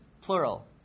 plural